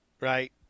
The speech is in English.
right